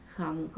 Không